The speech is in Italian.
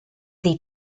dei